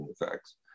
effects